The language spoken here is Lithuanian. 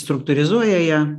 struktūrizuoja ją